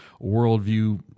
worldview